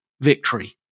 victory